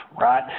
right